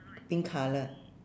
pink colour